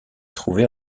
trouvé